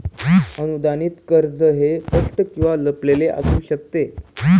अनुदानित कर्ज हे स्पष्ट किंवा लपलेले असू शकते